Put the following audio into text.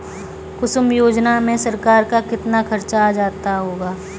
कुसुम योजना में सरकार का कितना खर्चा आ जाता होगा